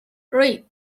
read